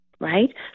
right